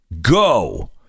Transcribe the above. go